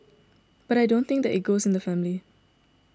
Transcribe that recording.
but I don't think that it goes in the family